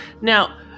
Now